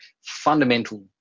fundamental